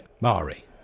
Mari